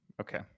Okay